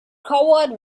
covered